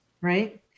Right